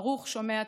/ ברוך שומע תפילה.